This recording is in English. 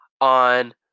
on